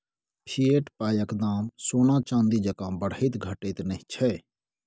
fiat पायक दाम सोना चानी जेंका बढ़ैत घटैत नहि छै